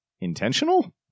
intentional